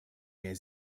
mehr